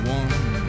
one